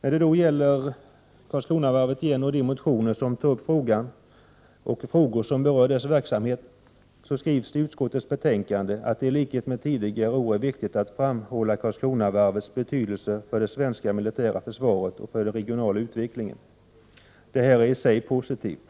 När det gäller de motioner som berör frågor som gäller Karlskronavarvets verksamhet sägs det i utskottets betänkande att det i likhet med tidigare år är viktigt att framhålla Karlskronavarvets betydelse för det svenska militära försvaret och för den regionala utvecklingen. Detta är i sig positivt.